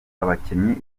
abakinnyi